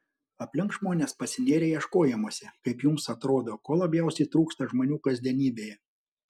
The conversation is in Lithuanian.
aplink žmonės pasinėrę ieškojimuose kaip jums atrodo ko labiausiai trūksta žmonių kasdienybėje